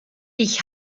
ich